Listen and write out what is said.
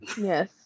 Yes